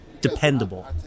dependable